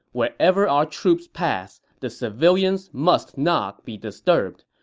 wherever our troops pass, the civilians must not be disturbed.